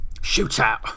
Shootout